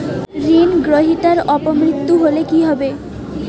ঋণ গ্রহীতার অপ মৃত্যু হলে কি হবে?